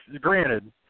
granted